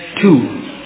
two